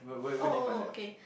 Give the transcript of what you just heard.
oh oh oh okay